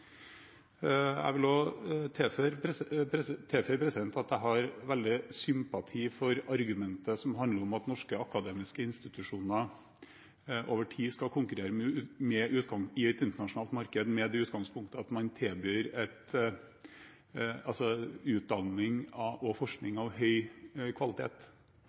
Jeg vil også tilføye at jeg har veldig sympati for argumentet som handler om at norske akademiske institusjoner over tid skal konkurrere i et internasjonalt marked med det utgangspunktet at man tilbyr utdanning og forskning av høy kvalitet.